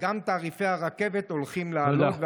גם תעריפי הרכבת הולכים לעלות,